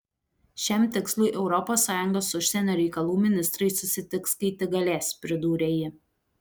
šiam tikslui europos sąjungos užsienio reikalų ministrai susitiks kai tik galės pridūrė ji